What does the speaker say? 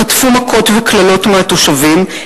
וחטפו מכות וקללות מהתושבים.